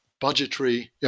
budgetary